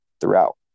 throughout